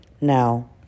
Now